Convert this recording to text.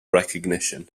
recognition